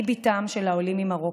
אני בתם של העולים ממרוקו,